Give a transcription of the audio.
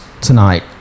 tonight